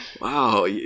Wow